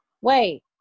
Wait